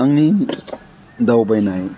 आंनि दावबायनाय